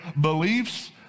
beliefs